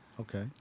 Okay